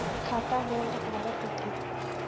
खाता होल्ड काबर होथे?